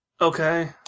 Okay